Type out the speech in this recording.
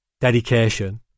Dedication